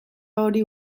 hori